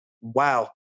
wow